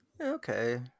Okay